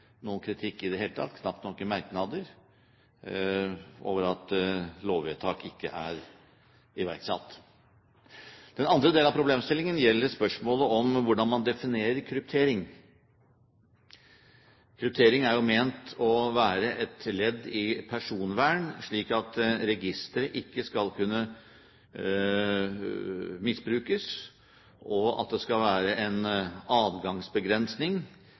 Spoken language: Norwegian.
noen kritikk i det hele tatt, knapt nok i merknader, over at lovvedtaket ikke er iverksatt. Den andre delen av problemstillingen gjelder spørsmålet om hvordan man definerer kryptering. Kryptering er jo ment å være et ledd i personvern, slik at registeret ikke skal kunne misbrukes, og at det skal være en adgangsbegrensning